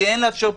כן לאפשר פעילות,